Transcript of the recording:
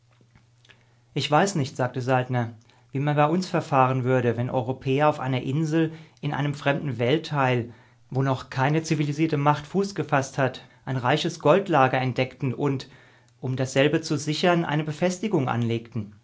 ich weiß nicht sagte saltner wie man bei uns verfahren würde wenn europäer auf einer insel in einem fremden weltteil wo noch keine zivilisierte macht fuß gefaßt hat ein reiches goldlager entdeckten und um dasselbe zu sichern eine befestigung anlegten